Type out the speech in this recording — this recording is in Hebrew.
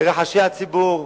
לרחשי הציבור,